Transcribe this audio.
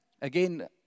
Again